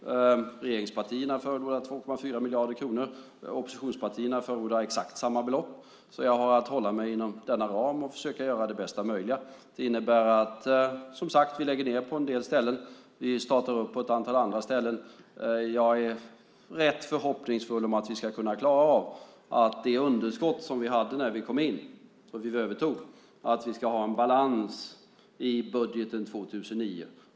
Regeringspartierna förordar 2,4 miljarder kronor, och oppositionspartierna förordar exakt samma belopp. Jag har att hålla mig inom denna ram och försöka göra det bästa möjliga. Det innebär att vi lägger ned på en del ställen och startar på ett antal andra ställen. Jag är rätt förhoppningsfull om att vi ska kunna klara av det underskott som vi hade när vi kom in och övertog och ha en balans i budgeten år 2009.